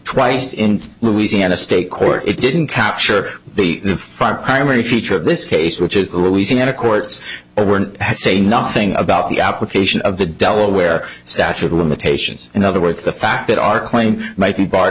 twice in louisiana state court it didn't capture the front primary feature of this case which is the louisiana courts were say nothing about the application of the delaware statute of limitations in other words the fact that our claim might be barred